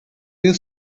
you